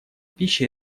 пища